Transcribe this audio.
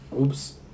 Oops